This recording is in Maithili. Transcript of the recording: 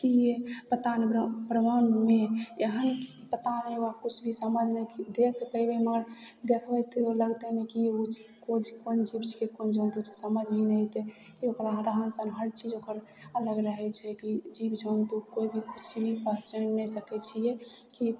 इएह पता नहि ब्र ब्रह्माण्डमे एहन कि पता नहि वहाँ किछु भी समझ नहि देखि पएबै मगर देखबै तऽ लगतनि कि ओ चीज कोन जीव छै कोन जन्तु छै समझमे नहि अएतै ओकरा रहन सहन हर चीज ओकर अलग रहै छै कि जीवजन्तु कोइ भी किछु भी पहचानि नहि सकै छिए कि